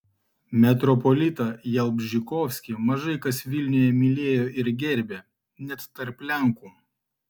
metropolitą jalbžykovskį mažai kas vilniuje mylėjo ir gerbė net tarp lenkų